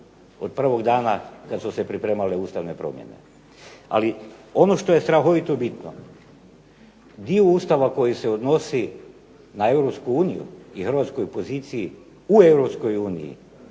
od prvog dana kad su se pripremale ustavne promjene. Ali ono što je strahovito bitno, dio Ustava koji se odnosi na Europsku uniju i